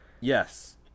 Yes